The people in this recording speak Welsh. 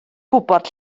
gwybod